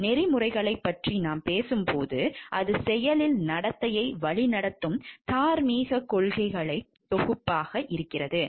நெறிமுறைகளைப் பற்றி நாம் பேசும்போது அது செயலில் நடத்தையை வழிநடத்தும் தார்மீகக் கொள்கைகளின் தொகுப்பாகும்